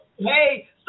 Hey